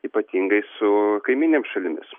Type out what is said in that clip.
ypatingai su kaimyninėmis šalimis